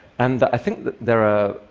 and i think that there are,